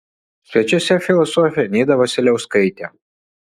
svečiuose filosofė nida vasiliauskaitė